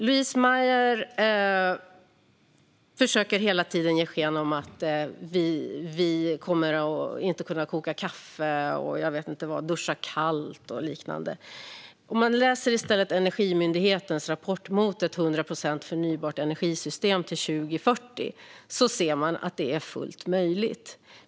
Louise Meijer försöker hela tiden ge sken av att vi kommer att behöva duscha kallt, inte kunna koka kaffe och jag vet inte vad. Den som i stället läser Energimyndighetens rapport om vägen mot ett till 100 procent förnybart elsystem till 2040 ser att det är fullt möjligt.